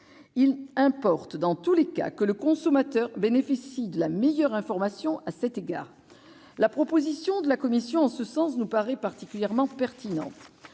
il importe que le consommateur bénéficie de la meilleure information à cet égard. La proposition de la commission en ce sens nous paraît particulièrement pertinente.